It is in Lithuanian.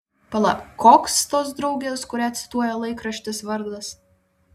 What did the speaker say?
pala koks tos draugės kurią cituoja laikraštis vardas